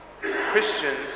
Christians